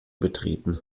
betreten